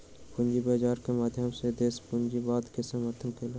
पूंजी बाजार के माध्यम सॅ देस पूंजीवाद के समर्थन केलक